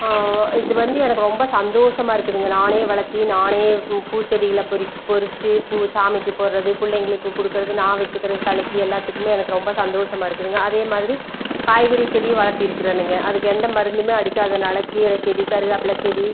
இது வந்து எனக்கு ரொம்ப சந்தோசமா இருக்குதுங்க நானே வளர்த்தி நானே பூ பூச்செடிகளை பறி பறித்து பூவைசாமிக்கு போடுறது பிள்ளைங்களுக்கு கொடுக்குறது நான் வச்சுக்கிறது தலைக்கு எல்லாத்துக்குமே எனக்கு ரொம்ப சந்தோசமா இருக்குதுங்க அதே மாதிரி காய்கறி செடி வளர்த்தி இருக்கிறேனுங்க அதுக்கு எந்த மருந்துமே அடிக்காதனால் கீரை செடி கருகப்பில்ல செடி